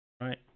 right